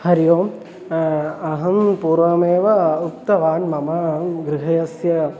हरिः ओम् अहं पूर्वमेव उक्तवान् मम गृहस्य